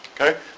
Okay